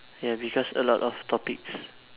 ya because a lot of topics